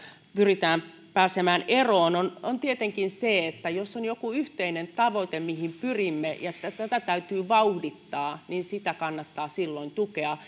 pyritään pääsemään eroon tietenkin siksi että jos on joku yhteinen tavoite mihin pyrimme ja mitä täytyy vauhdittaa niin sitä kannattaa silloin tukea